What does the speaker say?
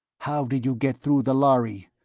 how did you get through the lhari?